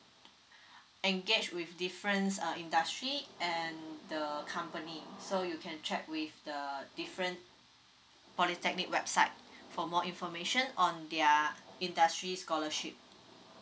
engage with different uh industry and the company so you can check with the different polytechnic website for more information on their industry scholarship